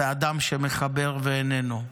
והוא אדם שמחבר ואיננו,